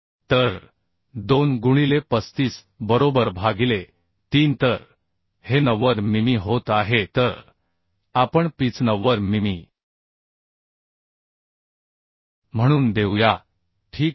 तर 2 गुणिले 35 बरोबर भागिले 3 तर हे 90 मिमी होत आहे तर आपण पिच 90 मिमी म्हणून देऊया ठीक आहे